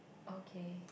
okay